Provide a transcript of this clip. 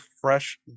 fresh